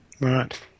Right